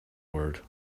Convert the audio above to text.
word